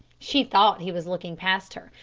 she thought he was looking past her,